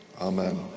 Amen